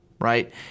right